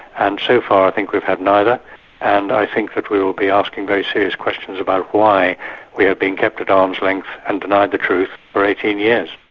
and so far i think we've had neither and i think that we will be asking very serious question about why we have been kept at arm's length and denied the truth for eighteen years.